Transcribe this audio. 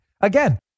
again